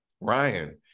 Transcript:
Ryan